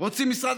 רוצים משרד